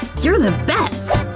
you're the best!